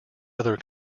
other